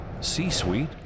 C-Suite